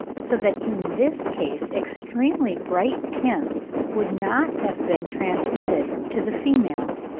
so that in this case extremely bright tints would not have been transmitted to the females.